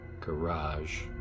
garage